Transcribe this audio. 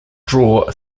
draw